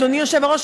אדוני היושב-ראש,